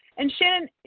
and shannon,